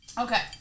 Okay